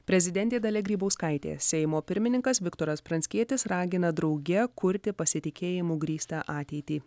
prezidentė dalia grybauskaitė seimo pirmininkas viktoras pranckietis ragina drauge kurti pasitikėjimu grįstą ateitį